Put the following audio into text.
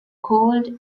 called